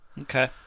Okay